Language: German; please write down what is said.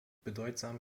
bedeutsam